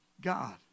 God